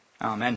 Amen